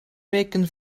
weken